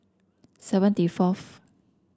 seventy fourth